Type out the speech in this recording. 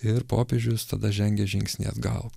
ir popiežius tada žengė žingsnį atgal